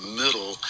middle